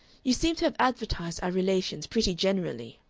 you seem to have advertised our relations pretty generally!